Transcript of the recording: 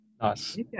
nice